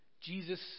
Jesus